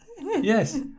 Yes